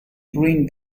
green